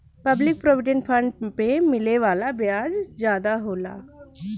public provident fund पे मिले वाला ब्याज जादा होला